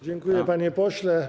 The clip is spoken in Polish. Dziękuję, panie pośle.